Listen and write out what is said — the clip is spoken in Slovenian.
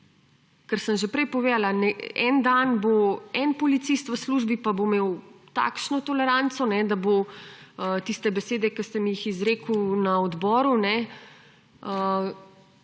Ker sem že prej povedala; en dan bo en policist v službi, pa bo imel takšno toleranco, da bo tiste besede, ki ste mi jih izrekli na odboru,